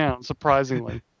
surprisingly